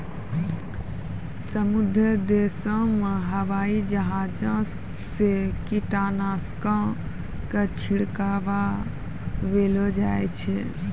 समृद्ध देशो मे हवाई जहाजो से कीटनाशको के छिड़कबैलो जाय छै